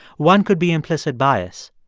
one could be implicit bias.